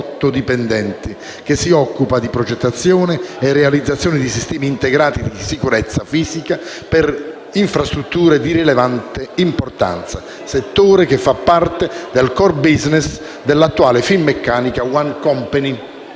che si occupa di progettazione e realizzazione di sistemi integrati di sicurezza fisica per infrastrutture di rilevante importanza, settore che fa parte del *core business* dell'attuale Finmeccanica *one company*.